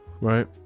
Right